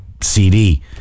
CD